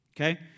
Okay